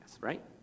right